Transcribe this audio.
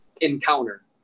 encounter